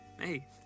hey